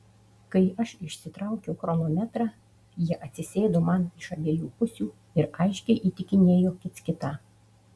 kai aš išsitraukiau chronometrą jie atsisėdo man iš abiejų pusių ir aiškiai įtikinėjo kits kitą